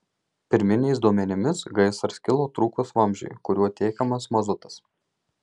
pirminiais duomenimis gaisras kilo trūkus vamzdžiui kuriuo tiekiamas mazutas